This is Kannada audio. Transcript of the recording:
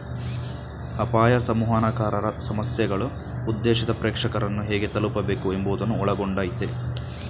ಅಪಾಯ ಸಂವಹನಕಾರರ ಸಮಸ್ಯೆಗಳು ಉದ್ದೇಶಿತ ಪ್ರೇಕ್ಷಕರನ್ನು ಹೇಗೆ ತಲುಪಬೇಕು ಎಂಬುವುದನ್ನು ಒಳಗೊಂಡಯ್ತೆ